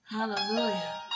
Hallelujah